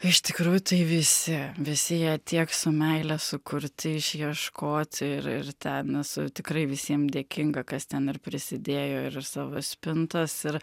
iš tikrųjų tai visi visi jie tiek su meile sukurti išieškoti ir ir ten esu tikrai visiem dėkinga kas ten ir prisidėjo ir iš savo spintos ir